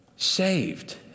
Saved